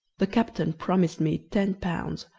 the captain promised me ten pounds,